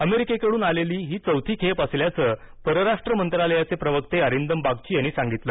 अमेरिकेकडून आलेली ही चौथी खेप असल्यांचं परराष्ट्र मंत्रालयाचे प्रवक्ते अरिंदम बागची यांनी सांगितलं